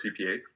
CPA